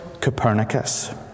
Copernicus